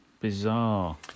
bizarre